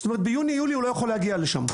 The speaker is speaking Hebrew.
זאת אומרת ביוני-יולי הוא לא יכול להגיע לשם.